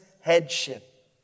headship